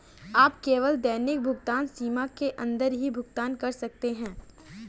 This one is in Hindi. आप केवल दैनिक भुगतान सीमा के अंदर ही भुगतान कर सकते है